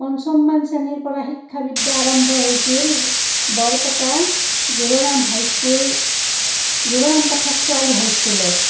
পঞ্চমমান শ্ৰেণীৰ পৰা শিক্ষা বিদ্যা আৰম্ভ হৈছিল বৰপেটা জুৰৰাম হাই স্কুল জুৰৰাম পাঠক ছোৱালী হাই স্কুলত